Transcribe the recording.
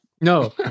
No